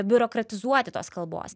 biurokratizuoti tos kalbos